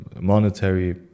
monetary